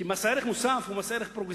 כי מס ערך מוסף הוא מס פרוגרסיבי,